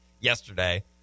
yesterday